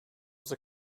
the